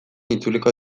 itzuliko